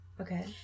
okay